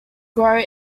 grow